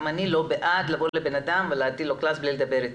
גם אני לא בעד לבוא לבן אדם ולהטיל עליו קנס בלי לדבר אתו.